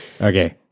Okay